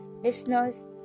Listeners